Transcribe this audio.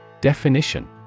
Definition